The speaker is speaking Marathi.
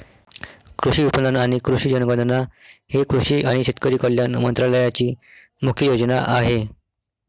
कृषी विपणन आणि कृषी जनगणना ही कृषी आणि शेतकरी कल्याण मंत्रालयाची मुख्य योजना आहे